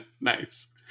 Nice